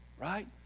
right